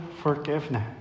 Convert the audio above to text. forgiveness